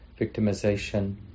victimization